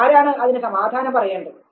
ആരാണ് അതിനു സമാധാനം പറയേണ്ടത്